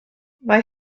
mae